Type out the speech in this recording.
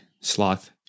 sloth